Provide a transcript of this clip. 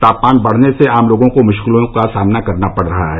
तापमान बढ़ने से आम लोगों को मुश्किलों का सामना करना पड़ रहा है